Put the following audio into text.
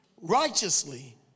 righteously